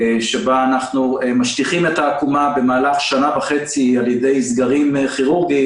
שבו אנחנו משטיחים את העקומה במהלך שנה וחצי על ידי סגרים כירורגיים,